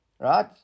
right